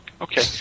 Okay